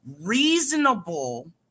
reasonable